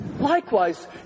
Likewise